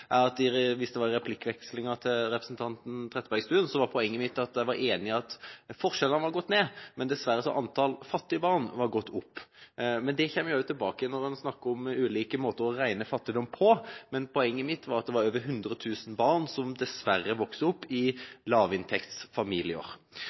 hvis det gjaldt replikkvekslingen med representanten Trettebergstuen, var at jeg var enig i at forskjellene var gått ned, men at antall fattige barn dessverre var gått opp. Men her snakker man også om ulike måter å regne fattigdom på. Poenget mitt var at det var over 100 000 barn som dessverre vokser opp i